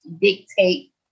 dictate